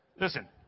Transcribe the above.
Listen